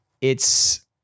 it's-